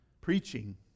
preaching